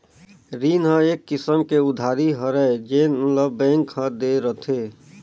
रीन ह एक किसम के उधारी हरय जेन ल बेंक ह दे रिथे